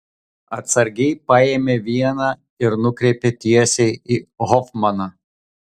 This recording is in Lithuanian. atsargiai paėmė vieną ir nukreipė tiesiai į hofmaną